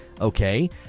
okay